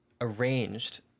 arranged